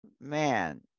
Man